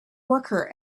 worker